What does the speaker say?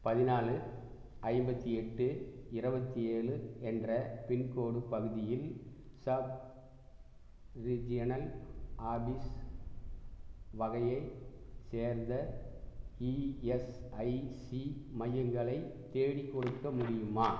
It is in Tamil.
பதினாலு ஐம்பத்து எட்டு இருபத்தி ஏழு என்ற பின்கோடு பகுதியில் சப்ரீஜியனல் ஆஃபீஸ் வகையைச் சேர்ந்த இஎஸ்ஐசி மையங்களை தேடிக்கொடுக்க முடியுமா